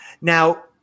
Now